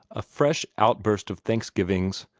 a fresh outburst of thanksgivings,